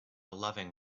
loving